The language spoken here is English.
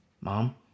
mom